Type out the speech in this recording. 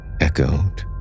echoed